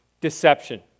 deception